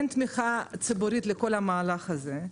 אין תמיכה ציבורית לכול המהלך הזה,